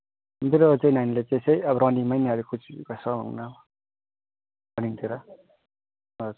मेरो त्यो नानीले त्यस्तै अब रनिङमा नि कोसिस गर्छ रनिङतिर हजुर